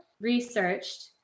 researched